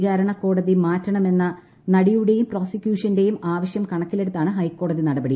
വിചാരണ കോടതി മാറ്റണമെന്ന നടിയുടേയും പ്രോസിക്യൂഷന്റെയും ആവശ്യം കണക്കിലെടുത്താണ് ഹൈക്കോടതി നടപടി